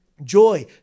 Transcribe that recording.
joy